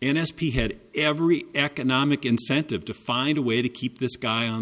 n s p had every economic incentive to find a way to keep this guy on